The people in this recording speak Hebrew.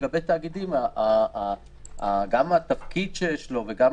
לגבי תאגידים גם התפקיד שיש לו וגם